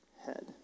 head